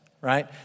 right